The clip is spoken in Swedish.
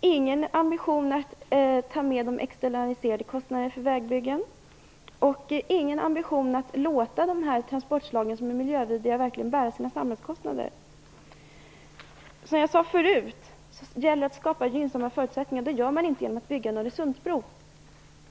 ingen ambition att ta med de externa kostnaderna för väggbyggen och ingen ambition att låta de miljövidriga transportslagen verkligen bära sina samhällskostnader. Som jag sade förut gäller det att skapa gynnsamma förutsättningar. Det gör man inte genom att bygga en Öresundsbro.